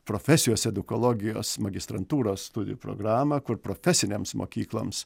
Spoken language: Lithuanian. profesijos edukologijos magistrantūros studijų programą kur profesinėms mokykloms